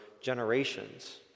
generations